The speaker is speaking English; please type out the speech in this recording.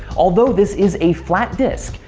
although this is a flat disk,